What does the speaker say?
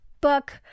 book